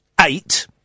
eight